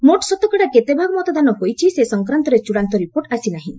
ମୋଟ୍ ଶତକଡ଼ା କେତେ ଭାଗ ମତଦାନ ହୋଇଛି ସେ ସଂକ୍ରାନ୍ତରେ ଚୃଡ଼ାନ୍ତ ରିପୋର୍ଟ ଆସିନାହିଁ